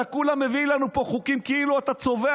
אתה כולה מביא לנו פה חוקים כאילו אתה צובע